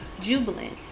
jubilant